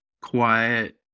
Quiet